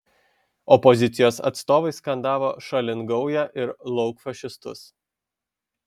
opozicijos atstovai skandavo šalin gaują ir lauk fašistus